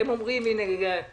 הם אומרים שזה